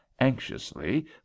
anxiously